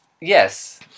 yes